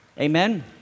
Amen